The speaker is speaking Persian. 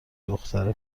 دختره